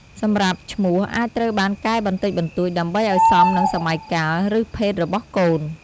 សម្រាប់ឈ្មោះអាចត្រូវបានកែបន្តិចបន្តួច ដើម្បីអោយសមនឹងសម័យកាល ឬភេទរបស់កូន។